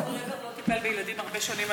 פרופ' לבר לא טיפל בילדים הרבה שנים,